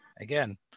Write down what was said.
again